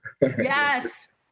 Yes